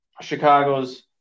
Chicago's